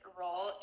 role